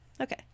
okay